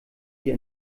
dir